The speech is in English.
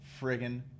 friggin